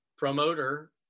promoter